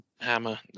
Hammer